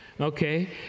Okay